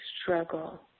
struggle